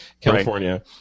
California